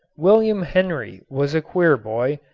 william henry was a queer boy.